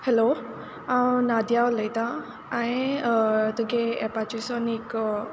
hello हांव नादिया उलोयतां हांयें एपाचे सोन एक